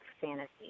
fantasy